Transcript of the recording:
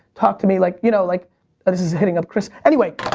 talk to me like, you know like, oh this is hitting up chris. anyway,